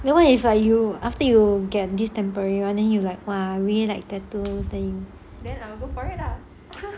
then what if I you after you get this temporary one then you like !wah! very like tattoo